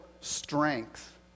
strength